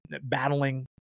battling